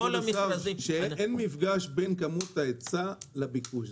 הבעיה היא שאין מפגש בין ההיצע לביקוש.